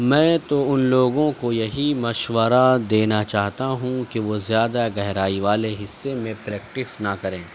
میں تو ان لوگوں کو یہی مشورہ دینا چاہتا ہوں کہ وہ زیادہ گہرائی والے حصے میں پریکٹس نہ کریں